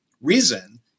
reason